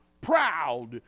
proud